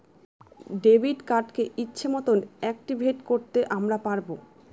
debit কার্ডকে ইচ্ছে মতন অ্যাকটিভেট করতে আমরা পারবো